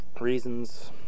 reasons